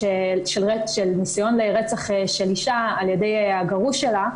של ניסיון לרצח של אישה על ידי הגרוש שלה.